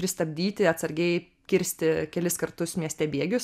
pristabdyti atsargiai kirsti kelis kartus mieste bėgius